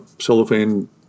cellophane